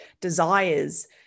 desires